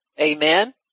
Amen